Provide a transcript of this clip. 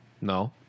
No